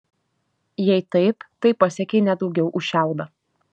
jei taip tai pasiekei ne daugiau už šiaudą